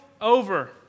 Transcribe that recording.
over